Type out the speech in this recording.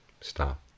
stop